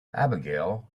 abigail